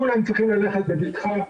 כולם צריכים ללכת בבטחה,